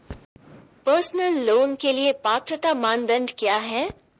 Personal loan के लिए पात्रता मानदंड क्या हैं?